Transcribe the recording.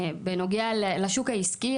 בנוגע לשוק העסקי,